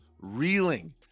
reeling